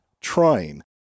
trying